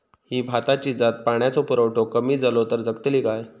ही भाताची जात पाण्याचो पुरवठो कमी जलो तर जगतली काय?